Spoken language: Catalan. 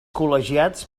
col·legiats